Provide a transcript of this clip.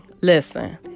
listen